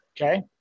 Okay